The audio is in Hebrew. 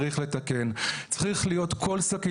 המשלוחים,